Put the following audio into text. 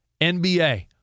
NBA